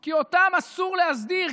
כי אותם אסור להסדיר,